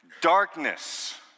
darkness